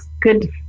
Good